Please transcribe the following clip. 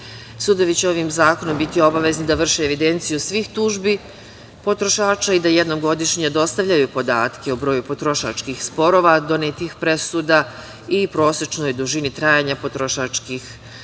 tačno. Sudovi će ovim zakonom biti obavezni da vrše evidenciju svih tužbi potrošača i da jednom godišnje dostavljaju podatke o broju potrošačkih sporova, donetih presuda i prosečnoj dužini trajanja potrošačkih sporova,